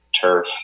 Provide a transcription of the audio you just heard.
turf